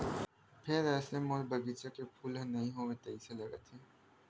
फेर एसो मोर बगिचा के फूल ह बने नइ होवय तइसे लगत हे